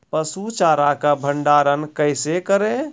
पसु चारा का भंडारण कैसे करें?